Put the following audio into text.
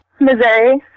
missouri